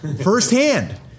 firsthand